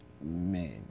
man